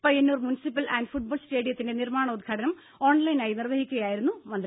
Payyanur municipal and football സ്റ്റേഡിയത്തിന്റെ നിർമ്മാണോദ്ഘാടനം ഓൺലൈനായി നിർവഹിക്കുകയായിരുന്നു മന്ത്രി